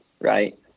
right